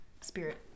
spirit